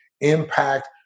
impact